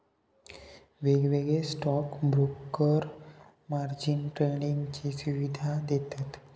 वेगवेगळे stock broker margin ट्रेडिंगची सुवीधा देतत